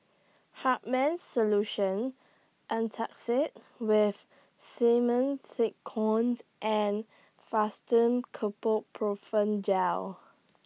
Hartman's Solution Antacid with Simethicone and Fastum Gel